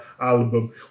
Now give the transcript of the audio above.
album